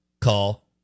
call